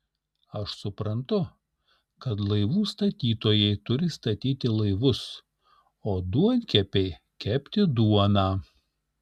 aš suprantu kad laivų statytojai turi statyti laivus o duonkepiai kepti duoną